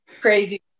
crazy